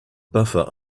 buffer